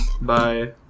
Bye